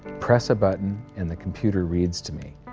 press a button, and the computer reads to me.